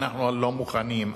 אנחנו הלא-מוכנים,